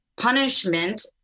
punishment